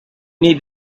need